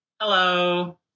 Hello